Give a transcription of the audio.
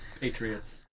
Patriots